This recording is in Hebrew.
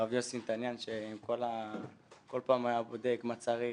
לרב יוסי נתניאן שכל פעם היה בודק מה צריך,